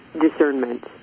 discernment